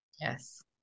Yes